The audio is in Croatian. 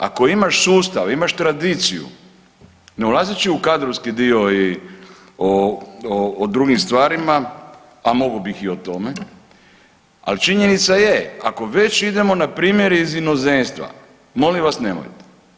Ako imaš sustav, imaš tradiciju ne ulazeći u kadrovski dio i o, o drugim stvarima a mogao bih i o tome, ali činjenica je ako već idemo na primjere iz inozemstva molim vas nemojte.